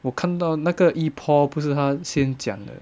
我看到那个 E paul 不是他先讲的